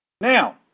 Now